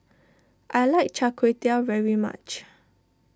I like Char Kway Teow very much